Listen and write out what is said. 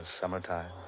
summertime